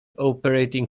operating